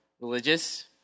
religious